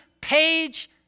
page